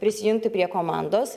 prisijungti prie komandos